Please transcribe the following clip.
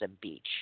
Beach